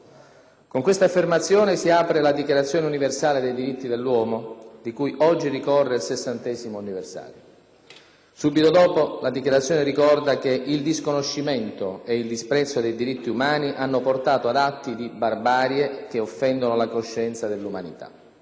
Con questa affermazione si apre la Dichiarazione universale dei diritti dell'uomo, di cui ricorre oggi il 60° anniversario. Subito dopo, la Dichiarazione ricorda «che il disconoscimento e il disprezzo dei diritti umani hanno portato ad atti di barbarie che offendono la coscienza dell'umanità».